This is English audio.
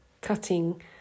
cutting